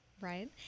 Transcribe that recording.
right